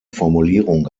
formulierung